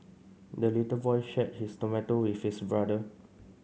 the little boy shared his tomato with his brother